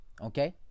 Okay